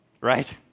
right